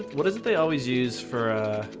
what is it they always use for